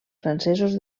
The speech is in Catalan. francesos